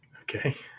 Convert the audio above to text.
Okay